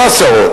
לא עשרות.